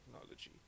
technology